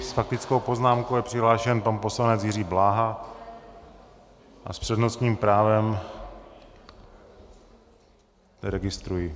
S faktickou poznámkou je přihlášen pan poslanec Jiří Bláha a s přednostním právem registruji...